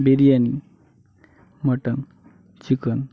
biryani mutton chicken